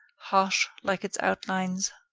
harsh like its outlines.